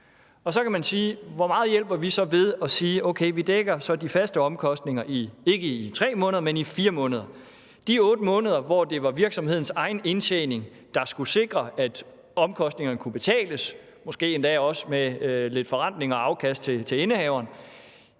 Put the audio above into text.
Og så kan man spørge: Hvor meget hjælper vi så ved at sige, at okay, vi dækker så de faste omkostninger ikke i 3 måneder, men i 4 måneder? De 8 måneder, hvor det var virksomhedens egen indtjening, der skulle sikre, at omkostningerne kunne betales – måske endda også med lidt forretninger og afkast til indehaveren